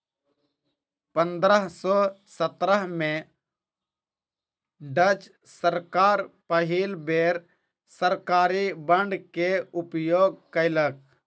पंद्रह सौ सत्रह में डच सरकार पहिल बेर सरकारी बांड के उपयोग कयलक